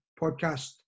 podcast